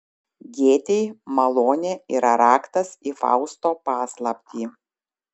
gėtei malonė yra raktas į fausto paslaptį